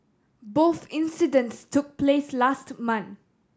both incidents took place last month